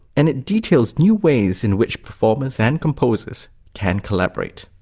and it details new ways in which performers and composers can collaborate.